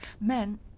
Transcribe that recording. Men